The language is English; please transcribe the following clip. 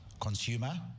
consumer